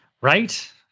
Right